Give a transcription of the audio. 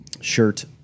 shirt